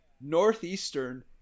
northeastern